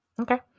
Okay